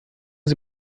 sie